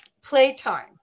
playtime